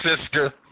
sister